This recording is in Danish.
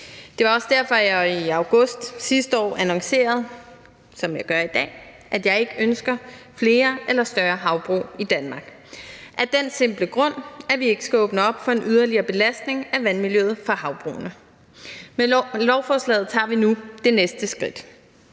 Det var også derfor, jeg i august sidste år annoncerede, som jeg gør i dag, at jeg ikke ønsker flere eller større havbrug i Danmark, og det er af den simple grund, at vi ikke skal åbne op for en yderligere belastning af vandmiljøet fra havbrugene. Med lovforslaget tager vi nu det næste skridt.